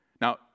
Now